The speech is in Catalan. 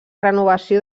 renovació